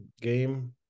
game